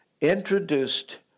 introduced